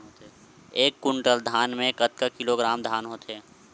एक कुंटल धान में कतका किलोग्राम धान होथे?